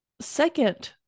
second